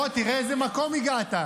הוא לא ציוני בשבילך?